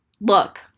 look